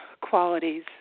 qualities